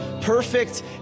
perfect